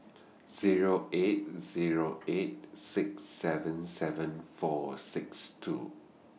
Zero eight Zero eight six seven seven four six two